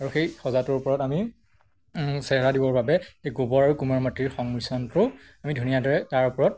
আৰু সেই সজাটোৰ ওপৰত আমি চেহেৰা দিবৰ বাবে এই গোবৰ আৰু কুমাৰ মাটিৰ সংমিশ্ৰণটো আমি ধুনীয়া দৰে তাৰ ওপৰত